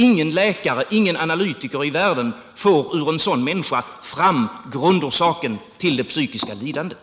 Inga läkare eller analytiker i världen får ur en sådan människa fram grundorsaken till det psykiska lidandet.